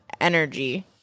energy